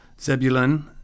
Zebulun